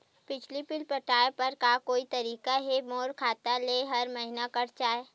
बिजली बिल पटाय बर का कोई तरीका हे मोर खाता ले हर महीना कट जाय?